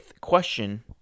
question